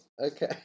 Okay